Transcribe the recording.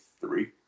three